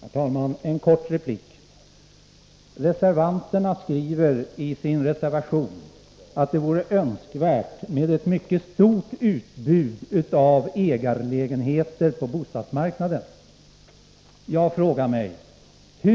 Herr talman! En kort replik: Reservanterna skriver i sin reservation att det vore önskvärt med ett mycket stort utbud av ägarlägenheter på bostadsmarknaden. Jag frågar mig: När